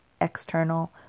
external